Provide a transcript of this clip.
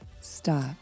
stop